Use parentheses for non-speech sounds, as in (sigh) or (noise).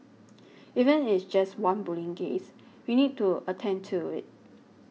(noise) even it's just one bullying case we need to attend to it